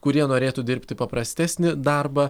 kurie norėtų dirbti paprastesnį darbą